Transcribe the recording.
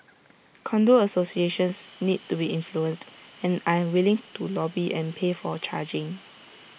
condo associations need to be influenced and I am willing to lobby and pay for charging